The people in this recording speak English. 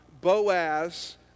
Boaz